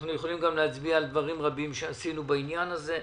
אנחנו יכולים גם להצביע על דברים רבים שעשינו בעניין הזה.